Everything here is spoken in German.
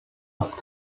oft